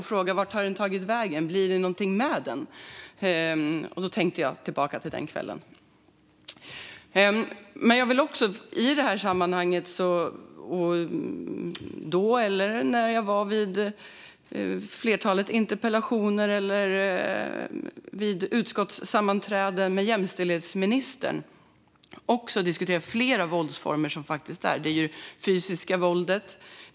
Man frågade sig vart den har tagit vägen och om det blir något av den. Därför tänker jag tillbaka till den kvällen. Jag vill i detta sammanhang liksom jag gjort såväl då som vid ett flertal andra interpellationsdebatter och vid utskottssammanträden med jämställdhetsministern diskutera att det handlar om flera våldsformer. Det är bland annat det fysiska våldet.